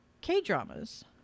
k-dramas